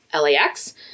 LAX